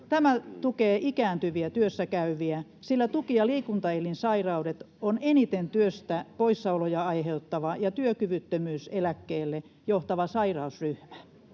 Tämä tukee ikääntyviä työssäkäyviä, sillä tuki- ja liikuntaelinsairaudet ovat eniten työstä poissaoloja aiheuttava ja työkyvyttömyyseläkkeelle johtava sairausryhmä.